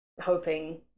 hoping